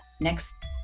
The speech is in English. next